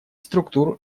структур